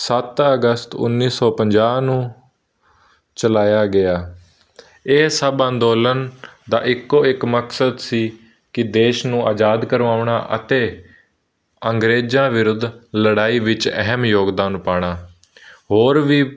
ਸੱਤ ਅਗਸਤ ਉੱਨੀ ਸੌ ਪੰਜਾਹ ਨੂੰ ਚਲਾਇਆ ਗਿਆ ਇਹ ਸਭ ਅੰਦੋਲਨ ਦਾ ਇੱਕੋ ਇੱਕ ਮਕਸਦ ਸੀ ਕਿ ਦੇਸ਼ ਨੂੰ ਆਜ਼ਾਦ ਕਰਵਾਉਣਾ ਅਤੇ ਅੰਗਰੇਜ਼ਾਂ ਵਿਰੁੱਧ ਲੜਾਈ ਵਿੱਚ ਅਹਿਮ ਯੋਗਦਾਨ ਪਾਉਣਾ ਹੋਰ ਵੀ